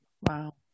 Wow